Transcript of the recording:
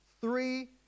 Three